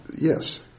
Yes